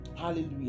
hallelujah